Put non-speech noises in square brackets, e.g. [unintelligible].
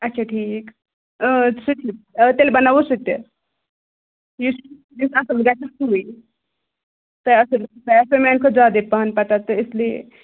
اچھا ٹھیٖک اۭں سُہ تہِ تیٚلہِ بناوَو سُہ تہِ یُس [unintelligible] یُس اَصٕل گَژھِ نا سُے تۄہہِ آسیو [unintelligible] تۄہہِ آسیو میٛانہِ کھۄتہٕ زیادَے پَہَم پَتہ تہٕ اسلیے